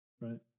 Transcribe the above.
Right